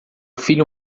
filho